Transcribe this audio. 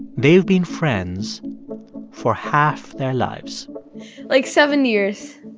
they've been friends for half their lives like, seven years.